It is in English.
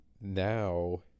now